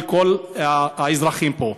לכל האזרחים פה: